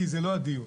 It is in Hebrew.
כי זה לא הדיון.